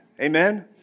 amen